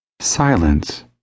Silence